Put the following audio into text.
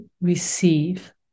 receive